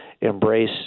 embrace